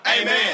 Amen